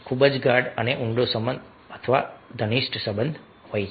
આ ખૂબ જ ગાઢ સંબંધ ઊંડો સંબંધ અને ઘનિષ્ઠ સંબંધ છે